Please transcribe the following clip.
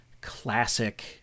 classic